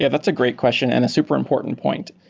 yeah that's a great question and a super important point.